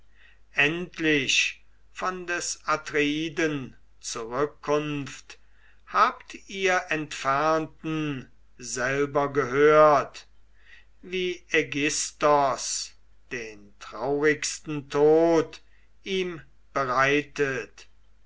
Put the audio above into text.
endlich von des atreiden zurückkunft habt ihr entfernten selber gehört wie aigisthos den traurigsten tod ihm bereitet